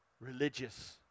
religious